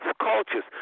cultures